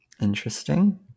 Interesting